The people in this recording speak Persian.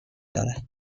دارد